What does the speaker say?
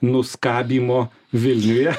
nuskabymo vilniuje